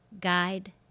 guide